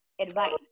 advice